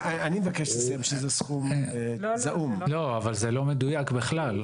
זה לא מדויק בכלל.